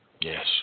Yes